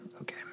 Okay